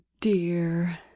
dear